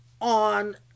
on